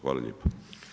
Hvala lijepa.